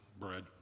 bread